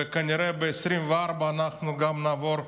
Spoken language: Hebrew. וכנראה ב-2024 אנחנו גם נעבור,